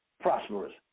prosperous